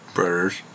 Brothers